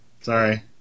Sorry